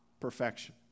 perfection